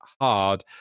hard